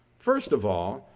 first of all,